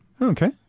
Okay